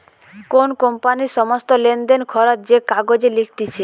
কোন কোম্পানির সমস্ত লেনদেন, খরচ যে কাগজে লিখতিছে